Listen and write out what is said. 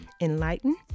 enlighten